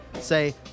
say